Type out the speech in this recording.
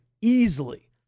easily